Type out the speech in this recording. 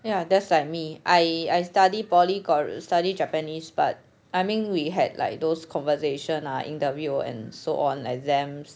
ya that's like me I I study poly got study japanese but I mean we had like those conversation ah interview and so on exams